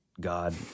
god